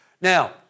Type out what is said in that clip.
Now